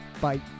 Bye